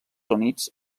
units